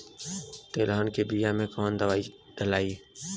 तेलहन के बिया मे कवन दवाई डलाई?